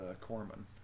Corman